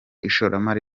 ishoramari